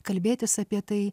kalbėtis apie tai